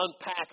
unpack